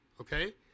okay